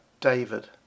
David